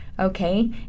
Okay